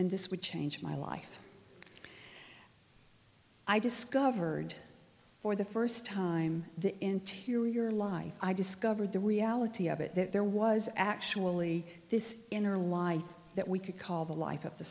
and this would change my life i discovered for the first time the interior life i discovered the reality of it that there was actually this inner life that we could call the life of the